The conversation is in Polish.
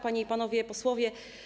Panie i Panowie Posłowie!